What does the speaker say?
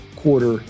quarter